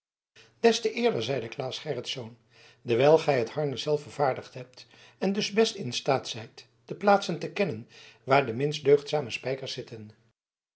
des te eerder zeide claes gerritsz dewijl gij het harnas zelf vervaardigd hebt en dus best in staat zijt de plaatsen te kennen waar de minst deugdzame spijkers zitten